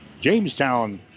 Jamestown